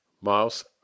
miles